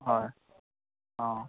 হয় অঁ